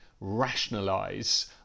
rationalise